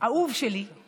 אהוב שלי /